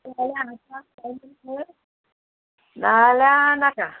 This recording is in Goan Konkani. आसा जाल्या आसा नाका जाल्या नाका